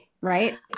right